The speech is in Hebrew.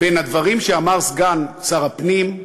בין הדברים שאמר סגן שר הפנים,